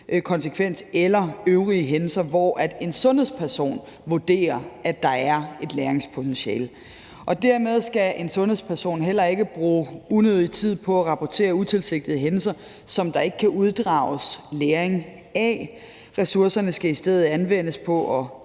konsekvens eller rapportere øvrige hændelser, hvor en sundhedsperson vurderer, at der er et læringspotentiale. Dermed skal en sundhedsperson heller ikke bruge unødig tid på at rapportere utilsigtede hændelser, som der ikke kan uddrages læring af; ressourcerne skal i stedet anvendes til at